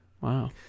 Wow